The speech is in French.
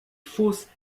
fausses